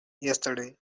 yesterday